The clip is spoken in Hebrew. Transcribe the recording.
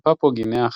על פפואה גינאה החדשה.